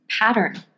pattern